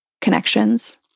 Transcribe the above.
connections